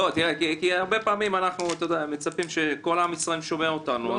הרבה פעמים אנחנו חושבים שכל עם ישראל שומע אותנו.